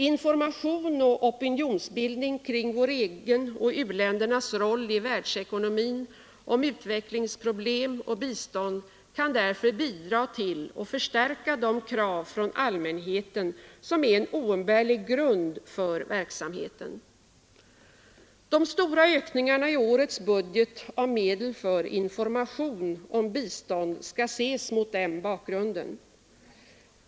Information och opinionsbildning kring vår egen och u-ländernas roll i världsekonomin, om utvecklingsproblem och bistånd kan därför bidra till och förstärka de krav från allmänheten som är en oumbärlig grund för verksamheten. De stora ökningarna i årets budget av medel för information om bistånd skall ses mot denna bakgrund.